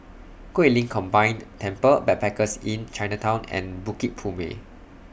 Guilin Combined Temple Backpackers Inn Chinatown and Bukit Purmei